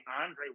Andre